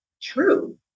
true